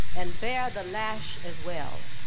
and bear the lash as well.